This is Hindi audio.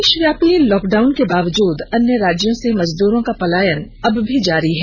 देशव्यापी लॉकडाउन के बावजूद अन्य राज्यों से मजदूरों का पलायन अब भी जारी है